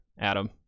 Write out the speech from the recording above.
Adam